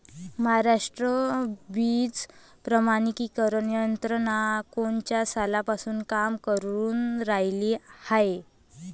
महाराष्ट्रात बीज प्रमानीकरण यंत्रना कोनच्या सालापासून काम करुन रायली हाये?